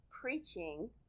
preaching